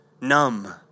numb